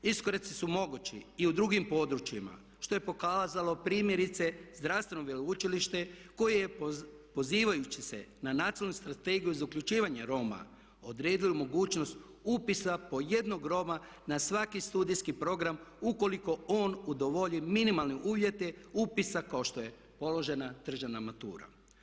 Iskoraci su mogući i u drugim područjima što je pokazalo primjerice Zdravstveno veleučilište koje je pozivajući se na Nacionalnu strategiju za uključivanje Roma odredilo mogućnost upisa po jednog Roma na svaki studijski program ukoliko on udovolji minimalne uvjete upisa kao što je položena državna matura.